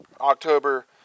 October